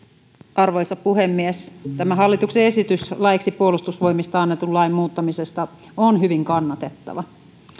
arvoisa puhemies tämä hallituksen esitys laiksi puolustusvoimista annetun lain muuttamisesta on hyvin kannatettava